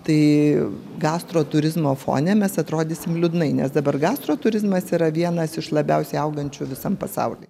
tai gastro turizmo fone mes atrodysim liūdnai nes dabar gastro turizmas yra vienas iš labiausiai augančių visam pasauly